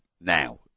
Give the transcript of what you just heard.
Now